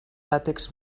làtex